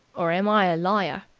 or am i a liar?